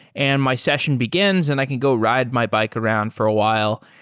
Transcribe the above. and my session begins and i can go ride my bike around for a while.